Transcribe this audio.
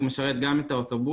הוא משרת גם את האוטובוסים,